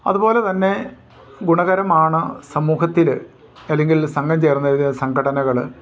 അതു പോലെ തന്നെ ഗുണകരമാണ് സമൂഹത്തിൽ അല്ലെങ്കിൽ സംഘം ചേർന്ന് സംഘടനകൾ